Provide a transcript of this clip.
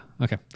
Okay